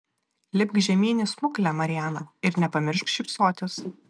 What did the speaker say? lipk žemyn į smuklę mariana ir nepamiršk šypsotis